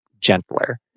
gentler